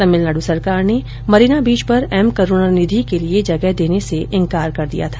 तमिलनाडु सरकार ने मरीना बीच पर एम करूणानिधि के लिये जगह देने से इनकार कर दिया था